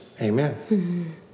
amen